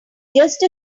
just